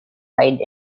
hide